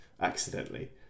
accidentally